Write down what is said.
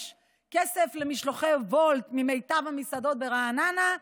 יש, כסף למשלוחי וולט ממיטב המסעדות ברעננה?